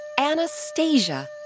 Anastasia